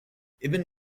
ibn